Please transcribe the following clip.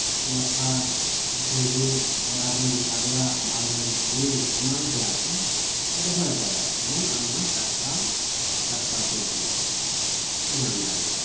ᱞᱟᱯᱷᱟ ᱡᱷᱤᱸᱜᱟᱹ ᱵᱟᱨ ᱱᱟᱹᱲᱤ ᱠᱟᱨᱞᱟ ᱵᱟᱨ ᱱᱟᱹᱲᱤ ᱯᱩᱨᱟᱹᱭ ᱮᱢᱟᱱ ᱛᱮᱭᱟᱜ ᱠᱚᱢ ᱨᱚᱦᱚᱭ ᱫᱟᱲᱮᱭᱟᱜᱼᱟ ᱮᱵᱚᱝ ᱟᱢ ᱚᱱᱟ ᱴᱟᱴᱠᱟᱢ ᱴᱟᱴᱠᱟ ᱥᱚᱵᱽᱡᱤ ᱧᱟᱢ ᱫᱟᱲᱮᱭᱟᱜᱼᱟ